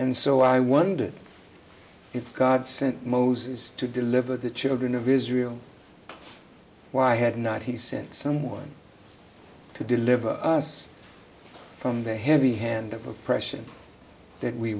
and so i wondered if god sent moses to deliver the children of israel why had not he sent someone to deliver us from the heavy hand of oppression that we